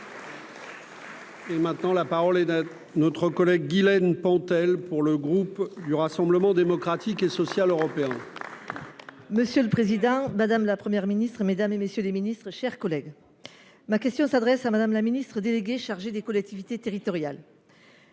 Et maintenant, la parole est de notre collègue Guilaine Pantel pour le groupe du Rassemblement démocratique et Social Europe. Monsieur le président, madame la première ministre, mesdames et messieurs les Ministres, chers collègues, ma question s'adresse à Madame la Ministre délégué chargé des collectivités territoriales.